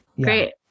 great